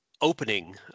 opening